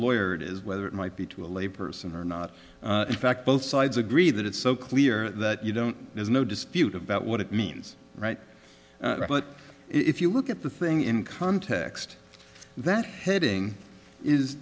lawyer it is whether it might be to a layperson or not in fact both sides agree that it's so clear that you don't there's no dispute about what it means right but if you look at the thing in context that heading is